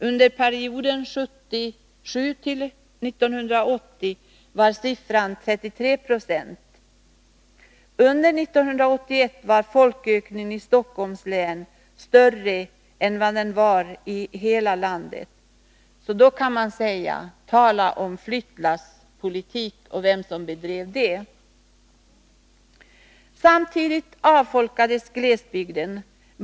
Under perioden 1977-1980 var siffran 33 90. Under 1981 var folkökningen i Stockholms län större än vad den var i hela landet i övrigt. Tala om flyttlasspolitik! Och vilka var det som bedrev den? Samtidigt avfolkades glesbygden.